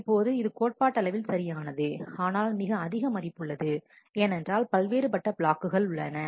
இப்போது இது கோட்பாட்டளவில் சரியானது ஆனால் அது மிக அதிக மதிப்புள்ளது ஏனென்றால் பல்வேறுபட்ட பிளாக்குகள் உள்ளன